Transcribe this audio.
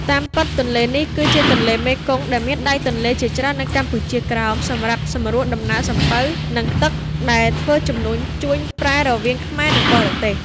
តាមពិត ទន្លេនេះ គឺជាទន្លេមេគង្គ ដែលមានដៃទន្លេជាច្រើននៅកម្ពុជាក្រោមសម្រាប់សម្រួលដំណើរសំពៅ និងទឹកដែលធ្វើជំនួញជួញប្រែ រវាងខ្មែរនិងបរទេស ។